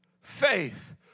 faith